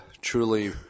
truly